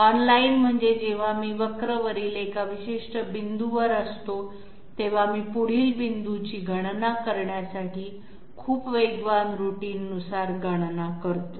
online म्हणजे जेव्हा मी वक्रवरील एका विशिष्ट बिंदूवर असतो तेव्हा मी पुढील बिंदूची गणना करण्यासाठी खूप वेगवान रुटीननुसार गणना करतो